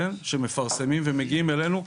איך פועלים ומה עושים וגם